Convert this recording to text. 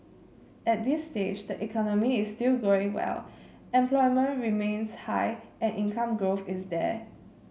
at this stage the economy is still growing well employment remains high and income growth is there